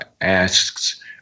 asks